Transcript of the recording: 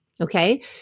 Okay